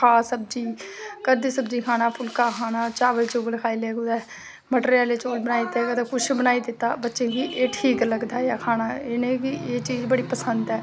खा सब्ज़ी कदे फुल्का खाना चावल खाई ले कुदै मटर आह्ले चौल बनाई दित्ते कदें कुछ बनाई दित्ता बच्चे गी एह् ठीक लगदा ऐ खाना इनेंगी एह् चीज़ बड़ी पसंद ऐ